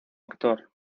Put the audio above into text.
actor